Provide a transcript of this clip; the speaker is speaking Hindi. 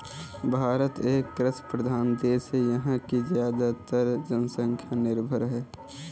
भारत एक कृषि प्रधान देश है यहाँ की ज़्यादातर जनसंख्या निर्भर है